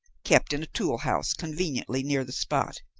kept in a tool-house conveniently near the spot,